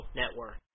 network